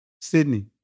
Sydney